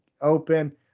open